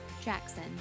Jackson